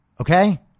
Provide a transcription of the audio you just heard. Okay